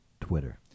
Twitter